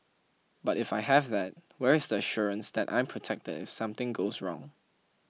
but if I have that where is the assurance that I'm protected if something goes wrong